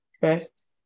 first